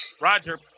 Roger